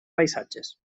paisatges